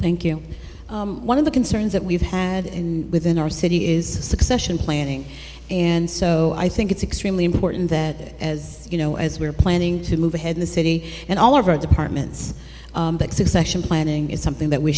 thank you one of the concerns that we've had and within our city is succession planning and so i think it's extremely important that as you know as we're planning to move ahead in the city and all of our departments that succession planning is something that we